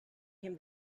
him